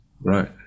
Right